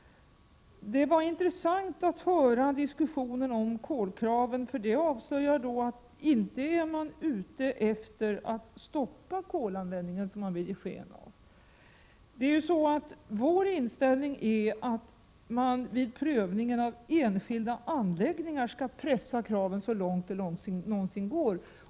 Det var intressant att lyssna på diskussionen om kraven när det gäller kolanvändning. Den diskussionen avslöjade att inte är oppositionen ute efter att stoppa kolanvändningen, vilket man vill ge sken av. Vår inställning är den att man vid prövningen av enskilda anläggningar skall pressa kraven så långt det någonsin går.